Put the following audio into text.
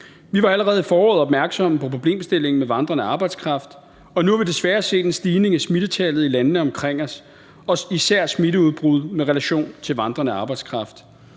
Vi var allerede i foråret opmærksomme på problemstillingen med vandrende arbejdskraft, og nu har vi desværre set en stigning i smittetallet i landene omkring os, og det er især smitteudbrud med relation til vandrende arbejdskraft.